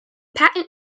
patent